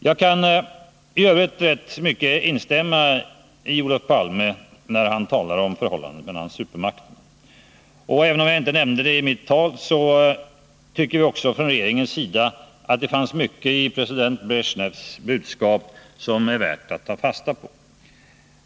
Jag kan i övrigt rätt mycket instämma med Olof Palme när han talar om förhållandet mellan supermakterna. Även om jag inte nämnde det i mitt tal tycker vi också från regeringens sida att det finns mycket i president Bresjnevs budskap som det är värt att ta fasta på.